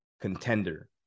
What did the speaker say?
contender